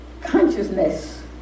consciousness